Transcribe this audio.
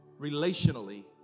relationally